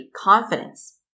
confidence